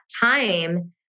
time